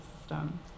system